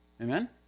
Amen